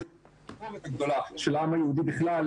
יש המסורת הגדולה של העם היהודי בכלל,